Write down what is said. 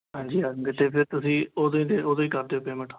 ਹਾਂਜੀ ਹਾਂਜੀ ਅਤੇ ਫਿਰ ਤੁਸੀਂ ਉਦੋਂ ਹੀ ਦੇ ਉਦੋਂ ਹੀ ਕਰਦਿਓ ਪੇਮੈਂਟ